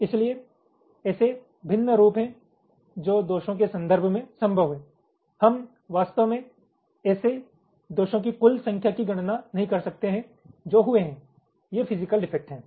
इसलिए ऐसे भिन्न रूप हैं जो दोषों के संदर्भ में संभव हैं हम वास्तव में ऐसे दोषों की कुल संख्या की गणना नहीं कर सकते हैं जो हुए हैं ये फिजिकल डिफेक्ट हैं